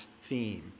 theme